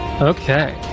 Okay